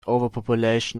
overpopulation